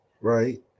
right